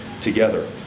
together